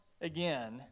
again